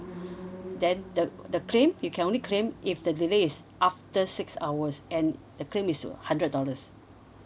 then the the claim you can only claim if the delay is after six hours and the claim is hundred dollars